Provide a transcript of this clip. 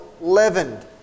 leavened